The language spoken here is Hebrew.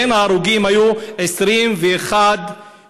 בין ההרוגים היו 21 ילדים.